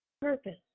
Purpose